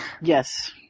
Yes